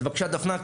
אז בבקשה דפנה.